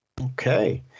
Okay